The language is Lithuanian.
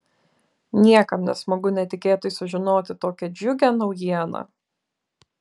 niekam nesmagu netikėtai sužinoti tokią džiugią naujieną